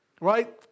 right